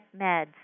meds